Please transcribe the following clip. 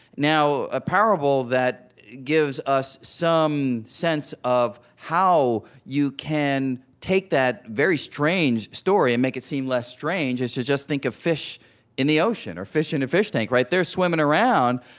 now, a parable that gives us some sense of how you can take that very strange story and make it seem less strange is to just think of fish in the ocean, or fish in a fish tank. right there, swimming around,